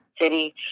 city